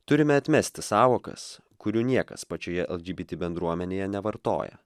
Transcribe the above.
turime atmesti sąvokas kurių niekas pačioje lgbt bendruomenėje nevartoja